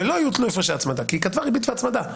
ולא יוטלו הפרשי הצמדה כי היא כתבה "ריבית והצמדה".